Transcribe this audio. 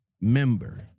member